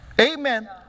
Amen